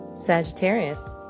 Sagittarius